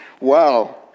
Wow